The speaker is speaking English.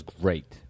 great